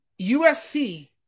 USC